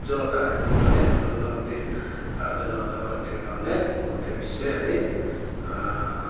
উজ্জলতা সেইটো মানে নৰেন্দ্ৰ মোদিৰ ভাৰতীয় জনতা পাৰ্টিৰ কাৰণে গোটেই বিশ্বই আজি